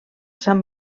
sant